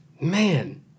Man